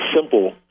simple